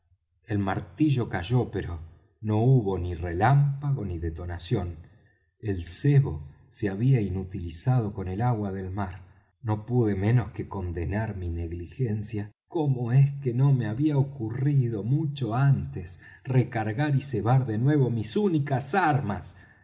el martillo cayó pero no hubo ni relámpago ni detonación el cebo se había inutilizado con el agua del mar no pude menos que condenar mi negligencia cómo es que no me había ocurrido mucho antes recargar y cebar de nuevo mis únicas armas